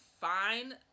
fine